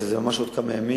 וזה ממש עוד כמה ימים,